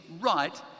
right